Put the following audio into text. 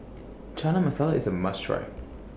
Chana Masala IS A must Try